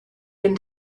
been